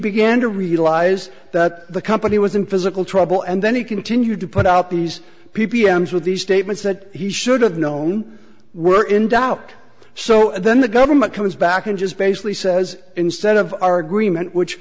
began to realize that the company was in physical trouble and then he continued to put out these p p m with these statements that he should have known were in doubt so then the government comes back and just basically says instead of our agreement which